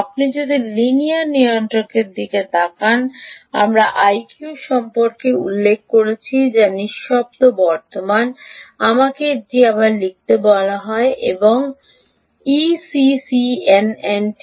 আপনি যদি লিনিয়ার নিয়ন্ত্রকের দিকে তাকান আমরা আইকিউ সম্পর্কে উল্লেখ করেছি যা নিঃশব্দ বর্তমান আমাকে এটি আবার লিখতে বলা যাক আমি E C C N N টি